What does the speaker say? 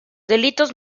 delitos